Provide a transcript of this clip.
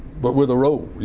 but with a role, you